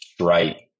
right